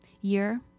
year